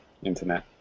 Internet